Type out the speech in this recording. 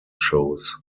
shows